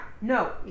no